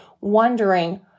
wondering